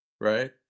right